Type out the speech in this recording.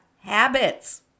habits